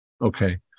Okay